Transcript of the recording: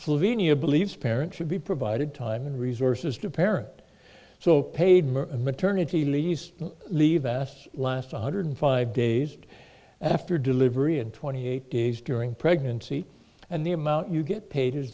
believes parents should be provided time and resources to parent so paid maternity leave leave ass last one hundred five days after delivery and twenty eight days during pregnancy and the amount you get paid is